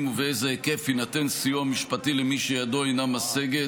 ובאיזה היקף יינתן סיוע משפטי למי שידו אינה משגת,